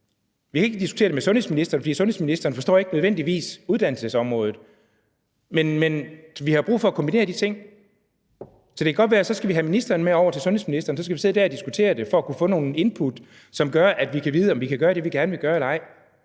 Vi kan ikke diskutere det med sundhedsministeren, for sundhedsministeren forstår ikke nødvendigvis uddannelsesområdet, og vi har brug for at kombinere de ting. Så det kan godt være, at vi skal have ministeren med over til sundhedsministeren og så sidde dér og diskutere det for at kunne få nogle input, som gør, at vi kan vide, om vi kan gøre det, vi gerne vil gøre, eller ej.